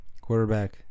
Quarterback